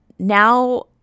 Now